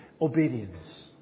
obedience